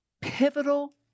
pivotal